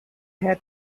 had